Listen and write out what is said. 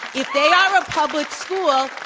if they are a public school,